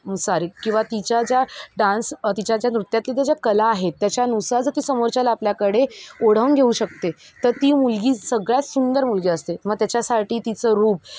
नुसार किंवा तिच्या ज्या डान्स तिच्या ज्या नृत्यातील त्या ज्या कला आहेत त्याच्यानुसार जर ती समोरच्याला आपल्याकडे ओढवून घेऊ शकते तर ती मुलगी सगळ्यात सुंदर मुलगी असते मग त्याच्यासाठी तिचं रूप